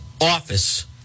office